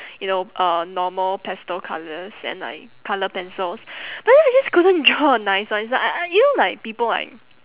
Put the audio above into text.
you know uh normal pastel colours and like colour pencils but then I just couldn't draw a nice one it's like I you know like people like